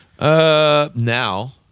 Now